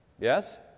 Yes